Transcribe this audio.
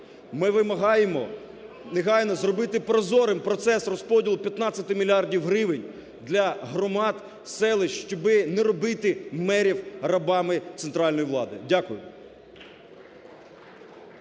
ми вимагаємо негайно зробити прозорим процес розподілу 15 мільярдів гривень для громад, селищ, щоби не робити мерів рабами центральної влади. Дякую.